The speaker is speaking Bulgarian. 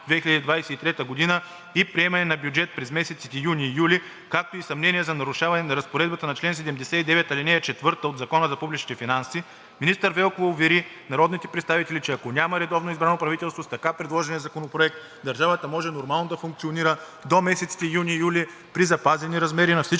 2023 г. и приемане на бюджет през месеците юни – юли, както и съмнения за нарушаване на разпоредбата на чл. 79, ал. 4 от Закона за публичните финанси, министър Велкова увери народните представители, че ако няма редовно избрано правителство, с така предложения законопроект държавата може нормално да функционира до месец юни-юли 2023 г. при запазени размери на всички